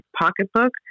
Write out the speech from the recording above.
pocketbook